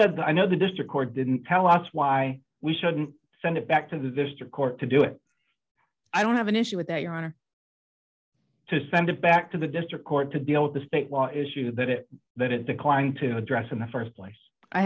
that i know the district court didn't tell us why we shouldn't send it back to the district court to do it i don't have an issue with that your honor to send it back to the district court to deal with the state law issue that it that it declined to address in the st place i